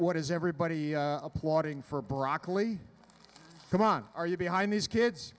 what is everybody applauding for broccoli come on are you behind these